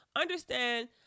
Understand